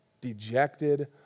dejected